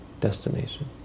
destination